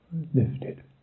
Lifted